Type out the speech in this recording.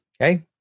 Okay